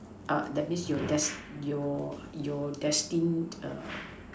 err that means your death your your destined err